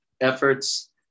efforts